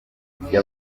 uburyo